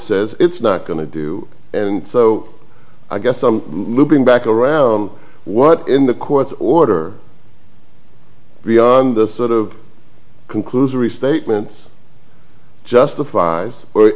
says it's not going to do and so i guess i'm moving back around what in the court's order beyond the sort of conclusory statement justifies for